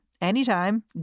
anytime